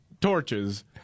torches